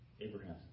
Abraham